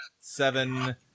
Seven